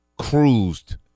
cruised